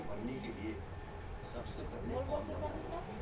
रउवा सभे इ बताईं की धान के खेती में पटवान कई हाली करल जाई?